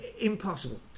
Impossible